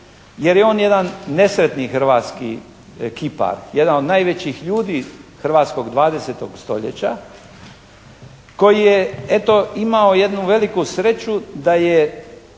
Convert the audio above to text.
jer je on jedan nesretni hrvatski kipar. Jedan od najvećih ljudi hrvatskog 20. stoljeća koji je eto imao jednu veliku sreću da je